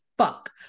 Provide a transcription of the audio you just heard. fuck